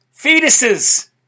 fetuses